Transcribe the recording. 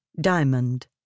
diamond